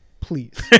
please